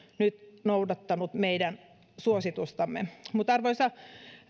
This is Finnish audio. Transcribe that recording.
nyt myöskin noudattanut meidän suositustamme arvoisa